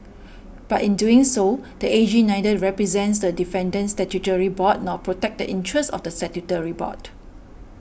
but in doing so the A G neither represents the defendant statutory board nor protects the interests of the statutory board